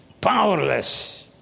powerless